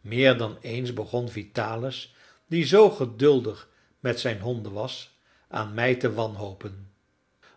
meer dan eens begon vitalis die zoo geduldig met zijn honden was aan mij te wanhopen